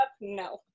No